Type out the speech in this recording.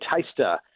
taster